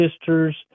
sisters